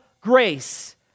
grace